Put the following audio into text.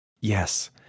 Yes